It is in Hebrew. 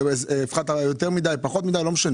אם הפחתת יותר מידי או פחות מידי.